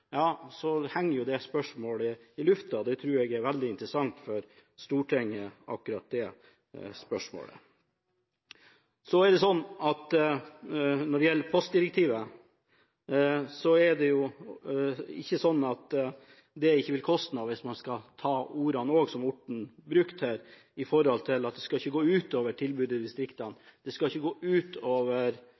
henger jo det spørsmålet i luften. Akkurat det spørsmålet tror jeg er veldig interessant for Stortinget. Når det gjelder postdirektivet, er det jo ikke sånn at det ikke vil koste noe – hvis man skal bruke ordene som Orten brukte her – i den forstand at det ikke skal gå ut over tilbudet i distriktene, det skal ikke gå